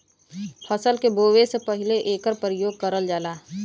फसल के बोवे से पहिले एकर परियोग करल जाला